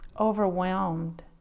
overwhelmed